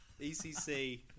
ECC